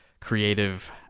creative